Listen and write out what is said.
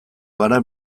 gara